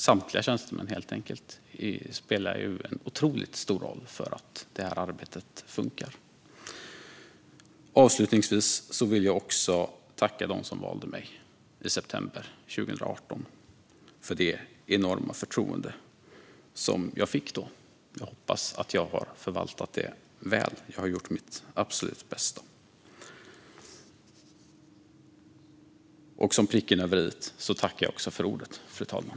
Samtliga tjänstemän spelar helt enkelt en otroligt stor roll för att arbetet ska funka. Avslutningsvis vill jag tacka dem som valde mig i september 2018 för det enorma förtroende jag fick då. Jag hoppas att jag har förvaltat det väl; jag har gjort mitt absolut bästa. Som pricken över i tackar jag också för ordet, fru talman.